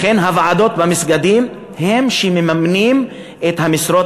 לכן הוועדות במסגדים הן שמממנות את המשרות